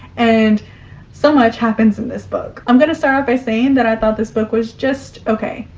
and so much happens in this book. i'm gonna start off by saying that i thought this book was just okay.